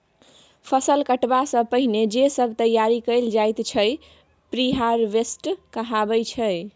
फसल कटबा सँ पहिने जे सब तैयारी कएल जाइत छै प्रिहारवेस्ट कहाबै छै